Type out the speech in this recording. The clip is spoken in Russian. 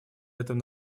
этом